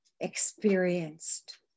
experienced